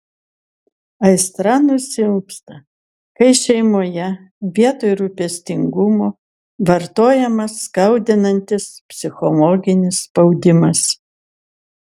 aistra nusilpsta kai šeimoje vietoj rūpestingumo vartojamas skaudinantis psichologinis spaudimas